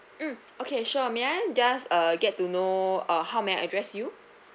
mm okay sure may I just err get to know uh how may I address you